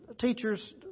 teachers